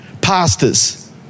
pastors